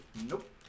Nope